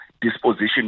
disposition